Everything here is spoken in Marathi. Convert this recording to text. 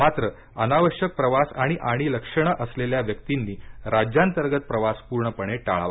मात्र अनावश्यक प्रवास आणि आणि लक्षणे असलेल्या व्यक्तिंनी राज्यांतर्गत प्रवास पूर्णपणे टाळावा